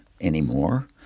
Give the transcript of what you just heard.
anymore